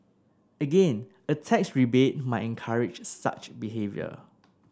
again a tax rebate might encourage such behaviour